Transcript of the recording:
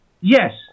Yes